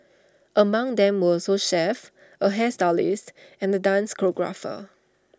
among them were also chefs A hairstylist and the dance choreographer